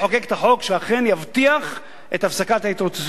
את החוק שאכן יבטיח את הפסקת ההתרוצצות הזאת.